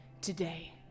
today